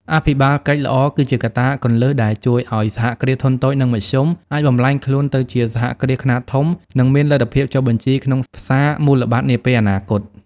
អភិបាលកិច្ចល្អគឺជាកត្តាគន្លឹះដែលជួយឱ្យ សហគ្រាសធុនតូច និងមធ្យម អាចបំប្លែងខ្លួនទៅជាសហគ្រាសខ្នាតធំ និងមានលទ្ធភាពចុះបញ្ជីក្នុងផ្សារមូលបត្រនាពេលអនាគត។